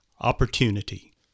opportunity